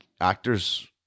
actors